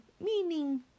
Meaning